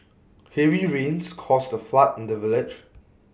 heavy rains caused A flood in the village